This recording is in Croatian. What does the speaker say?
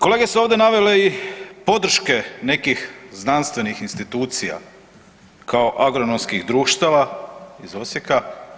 Kolege su ovdje navele i podrške nekih znanstvenih institucija kao agronomskih društava iz Osijeka.